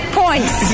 points